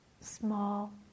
small